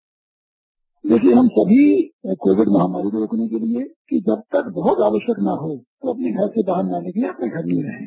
bite देखिए हम सभी को कोविड महामारी को रोकने के लिए कि जब तक बहुत आवश्यक न हो अपने घर से बाहर न निकलें अपने घर में ही रहें